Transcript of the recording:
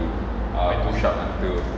uh push-up until